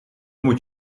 moet